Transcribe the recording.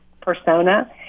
persona